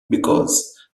because